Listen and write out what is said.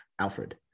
Alfred